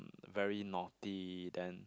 very naughty then